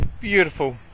Beautiful